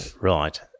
Right